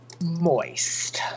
moist